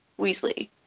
Weasley